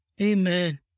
Amen